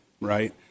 right